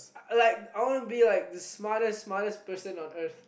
like I want to be like the smartest smartest person on Earth